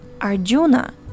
Arjuna